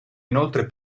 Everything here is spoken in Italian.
inoltre